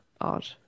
odd